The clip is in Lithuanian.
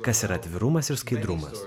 kas yra atvirumas ir skaidrumas